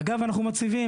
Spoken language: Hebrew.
אגב, אנחנו מציבים.